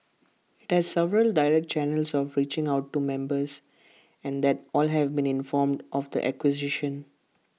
IT has several direct channels of reaching out to members and that all have been informed of the acquisition